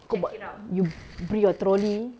kau bawa you bring your trolley